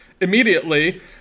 immediately